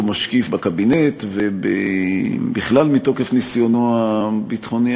משקיף בקבינט ובכלל מתוקף ניסיונו הביטחוני.